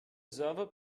server